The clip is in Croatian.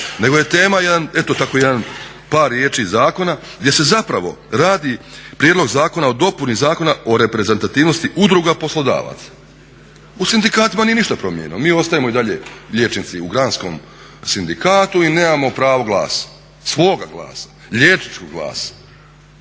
eto tako jedan par riječi zakona gdje se zapravo radi Prijedlog zakona o dopuni Zakona o reprezentativnosti udruga poslodavaca. U sindikatima nije ništa promijenjeno, mi i dalje ostajemo liječnici u granskom sindikatu i nemamo pravo glasa, svoga glasa, liječničkog glasa.